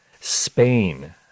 Spain